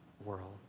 world